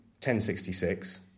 1066